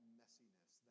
messiness